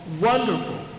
Wonderful